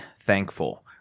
thankful